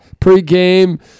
pregame